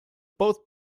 both